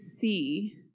see